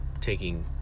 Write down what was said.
taking